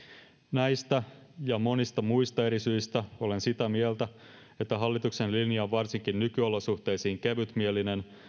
näistä ja monista muista eri syistä olen sitä mieltä että hallituksen linja on varsinkin nykyolosuhteisiin kevytmielinen